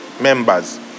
members